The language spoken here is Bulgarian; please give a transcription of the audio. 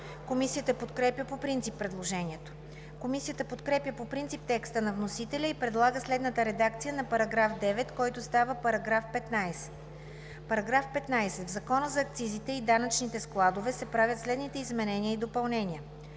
Комисията подкрепя по принцип предложението. Комисията подкрепя по принцип текста на вносителя и предлага следната редакция на § 9 , който става § 15: „§ 15. В Закона за акцизите и данъчните складове (обн., ДВ, бр. …) се правят следните изменения и допълнения: